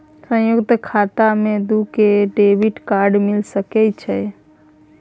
संयुक्त खाता मे दू डेबिट कार्ड मिल सके छै?